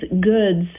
goods